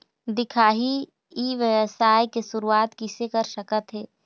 दिखाही ई व्यवसाय के शुरुआत किसे कर सकत हे?